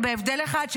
בהבדל אחד,